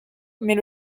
mais